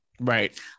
Right